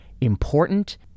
important